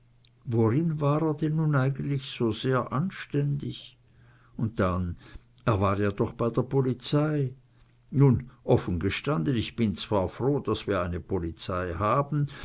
worin war er denn nun eigentlich so sehr anständig und dann er war ja doch bei der polizei nun offen gestanden ich bin zwar froh daß wir eine polizei haben